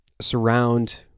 surround